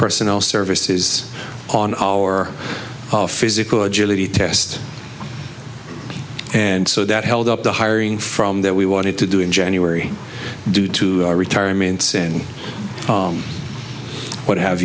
personnel services on our physical agility test and so that held up the hiring from that we wanted to do in january due to our retirements and what have